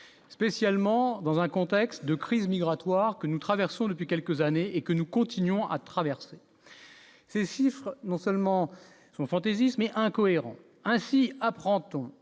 spécialement dans un contexte de crise migratoire que nous traversons depuis quelques années et que nous continuons à traverser ces Siffre non seulement sont fantaisistes mais incohérent ainsi apprend-on